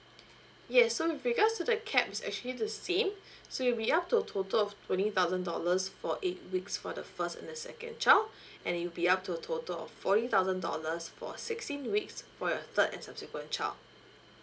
yes so with regards to the cap it's actually the same so it'll be up to total of twenty thousand dollars for eight weeks for the first and the second child and it'll be up to total of forty thousand dollars for sixteen weeks for your third and subsequent child